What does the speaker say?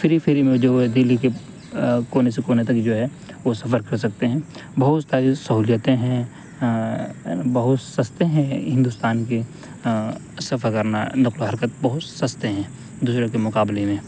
free free میں جو ہے وہ دہلی کے کونے سے کونے تک جو ہے وہ سفر کر سکتے ہیں بہت ساری سہولیتیں ہیں بہت سستے ہیں ہندوستان کی سفر کرنا نقل و حرکت بہت سستے ہیں دوسروں کے مقابلے میں